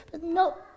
No